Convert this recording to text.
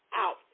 out